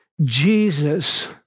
Jesus